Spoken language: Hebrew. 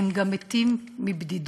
הם גם מתים מבדידות.